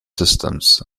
systems